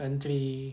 country